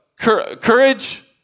courage